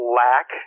lack